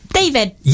David